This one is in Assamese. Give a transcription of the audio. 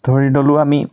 ধৰি ল'লোঁ আমি